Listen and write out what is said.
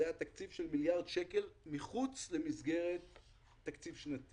זה היה תקציב של מיליארד שקלים מחוץ למסגרת תקציב שנתי